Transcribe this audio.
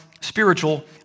spiritual